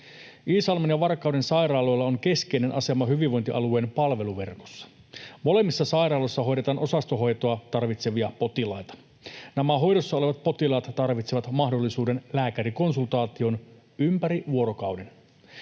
Iisalmen ja Varkauden sairaaloilla on keskeinen asema hyvinvointialueen palveluverkossa. Molemmissa sairaaloissa hoidetaan osastohoitoa tarvitsevia potilaita. Nämä hoidossa olevat potilaat tarvitsevat mahdollisuuden lääkärikonsultaatioon ympäri vuorokauden.